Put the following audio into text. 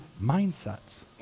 mindsets